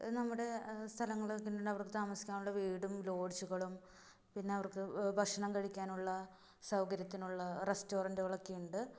നമ്മുടെ സ്ഥലങ്ങൾ അവിടെ താമസിക്കാനുള്ള വീടും ലോഡ്ജുകളും പിന്നെ അവര്ക്ക് ഭഷണം കഴിക്കാനുള്ള സൗകര്യത്തിനുള്ള റെസ്റ്റോറൻടുകളൊക്കെയുണ്ട്